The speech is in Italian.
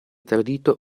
tradito